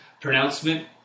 pronouncement